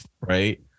right